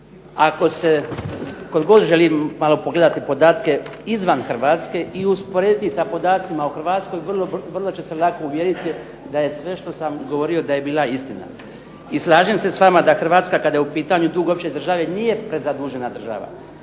ako se tko god želi malo pogledati podatke izvan Hrvatske i usporediti sa podacima o Hrvatskoj vrlo će se lako uvjeriti da je sve što sam govorio da je bila istina. I slažem se s vama da Hrvatska kada je u pitanju dug opće države nije prezadužena država.